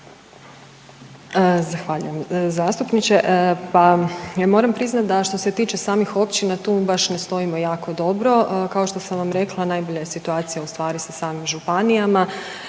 Zahvaljujem zastupniče. Pa ja moram priznati da što se tiče samih općina tu baš ne stojimo jako dobro. Kao što sam vam rekla najbolja je situacija u stvari sa samim županijama.